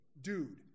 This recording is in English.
dude